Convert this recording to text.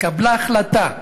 התקבלה החלטה.